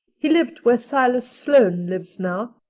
he lived where silas sloane lives now.